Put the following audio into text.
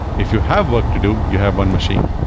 if you have work to do, you have one machine,